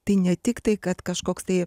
tai ne tiktai kad kažkoks tai